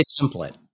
template